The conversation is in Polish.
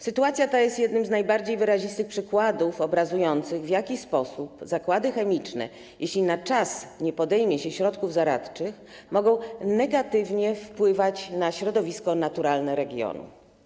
Sytuacja ta jest jednym z najbardziej wyrazistych przykładów obrazujących to, w jaki sposób zakłady chemiczne, jeśli na czas nie podejmie się środków zaradczych, mogą negatywnie wpływać na środowisko naturalne regionu.